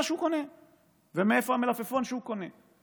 שהוא קונה ומאיפה המלפפון שהוא קונה.